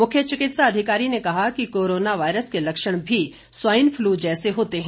मुख्य चिकित्सा अधिकारी ने कहा कि कोरोना वायरस के लक्ष्ण भी स्वाईन फ्लू जैसे होते हैं